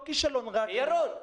ירון,